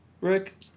Rick